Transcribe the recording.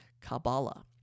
Kabbalah